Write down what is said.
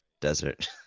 desert